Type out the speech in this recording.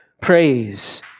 praise